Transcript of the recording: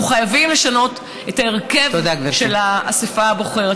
אנחנו חייבים לשנות את ההרכב של האספה הבוחרת.